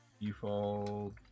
default